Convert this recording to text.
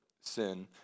sin